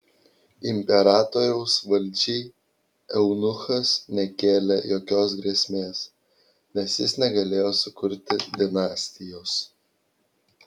imperatoriaus valdžiai eunuchas nekėlė jokios grėsmės nes jis negalėjo sukurti dinastijos